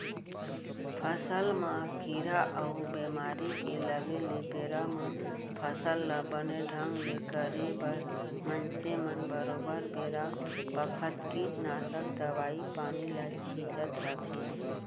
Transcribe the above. फसल म कीरा अउ बेमारी के लगे ले बेरा म फसल ल बने ढंग ले करे बर मनसे मन बरोबर बेरा बखत कीटनासक दवई पानी ल छींचत रथें